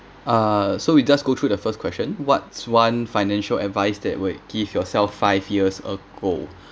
uh so we just go through the first question what's one financial advice that will give yourself five years ago